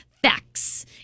Facts